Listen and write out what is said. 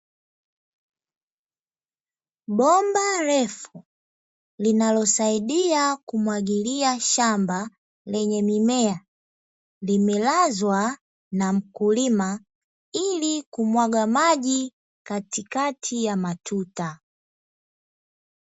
Bomba refu linalosaidia kumwagilia shamba lenye mimea, limelazwa na mkulima ili kumwaga maji katikati ya matuta.